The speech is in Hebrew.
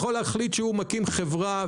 מתי צריך לבקש הארכה,